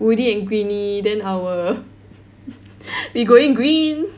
woody and greeny then our we're going green